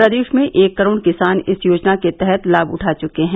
प्रदेश में एक करोड़ किसान इस योजना के तहत लाभ उठा चुके हैं